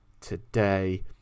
today